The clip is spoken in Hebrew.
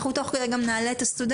תוך כדי הדיון גם נעלה את הסטודנטים,